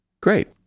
Great